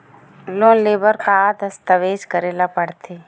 Loan ले बर का का दस्तावेज करेला पड़थे?